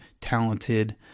talented